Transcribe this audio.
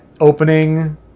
opening